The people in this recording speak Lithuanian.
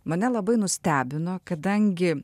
mane labai nustebino kadangi